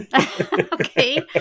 Okay